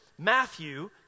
Matthew